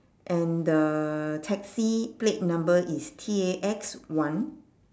and the taxi plate number is T A X one